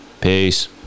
Peace